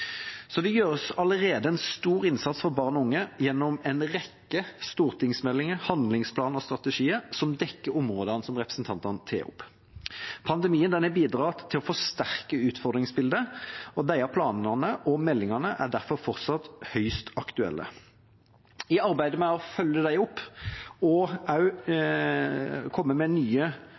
Så det gjøres allerede en stor innsats for barn og unge gjennom en rekke stortingsmeldinger, handlingsplaner og strategier som dekker områdene som representantene tar opp. Pandemien har bidratt til å forsterke utfordringsbildet, og planene og meldingene er derfor fortsatt høyst aktuelle. I arbeidet med å følge dem opp og også komme med nye